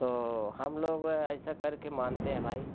तो हम लोग ऐसा करके मानते हैं भाई